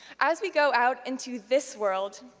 as we go out into this world,